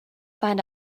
find